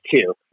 two